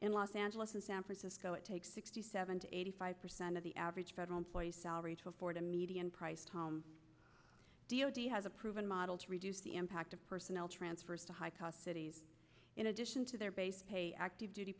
in los angeles and san francisco it takes sixty seven to eighty five percent of the average federal employee salary to afford a median priced home d o d has a proven model to reduce the impact of personnel transfers to high cost cities in addition to their base pay active duty